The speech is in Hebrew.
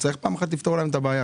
צריך פעם אחת לפתור להם את הבעיה,